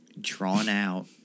drawn-out